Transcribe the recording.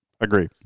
Agree